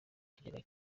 kigega